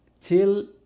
till